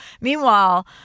meanwhile